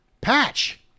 Patch